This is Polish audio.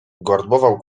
gardłował